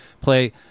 play